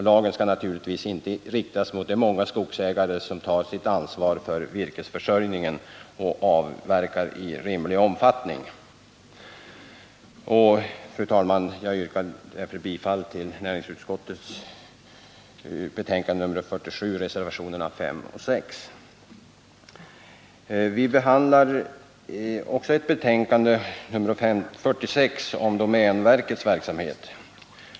Lagen skall naturligtvis inte riktas mot de många skogsägare som tar sitt ansvar för virkesförsörjningen och avverkar i rimlig omfattning. Fru talman! Jag yrkar bifall till reservationerna 5 och 6 vid näringsutskottets betänkande nr 47. Vi behandlar också näringsutskottets betänkande nr 46, som berör domänverkets verksamhet.